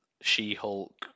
She-Hulk